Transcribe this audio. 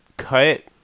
cut